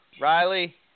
Riley